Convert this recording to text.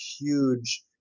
huge